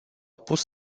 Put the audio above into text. pus